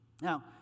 Now